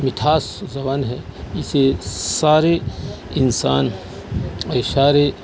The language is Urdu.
مٹھاس زبان ہے اسے سارے انسان اور سارے